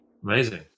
Amazing